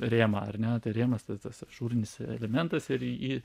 rėmą ar ne tai rėmas tas ažūrinis elementas ir jį